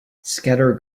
scattered